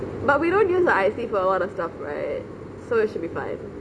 but we don't use the I_C for a lot of stuff right so it should be fine